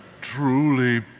truly